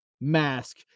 Mask